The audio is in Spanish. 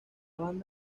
band